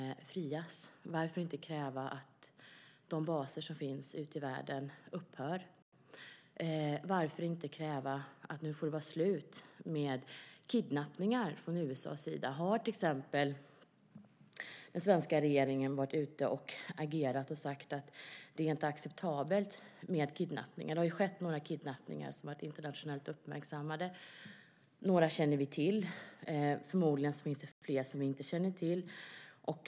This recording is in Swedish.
Varför kan vi inte kräva att de baser som finns ute i världen upphör? Varför kan vi inte kräva att det nu får vara slut med kidnappningar från USA:s sida? Har till exempel den svenska regeringen gått ut och sagt att det inte är acceptabelt med kidnappningar? Det har ju skett några kidnappningar som blivit internationellt uppmärksammade. Några känner vi till; förmodligen finns det fler som vi inte känner till.